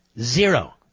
Zero